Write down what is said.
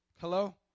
Hello